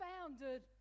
founded